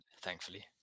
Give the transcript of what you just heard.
thankfully